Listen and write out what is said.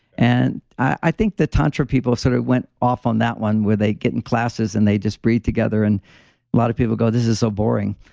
and i think the tantra people sort of went off on that one where they get in classes and they just breathe together. and a lot of people go, this is so boring.